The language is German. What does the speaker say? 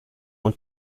und